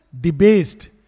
debased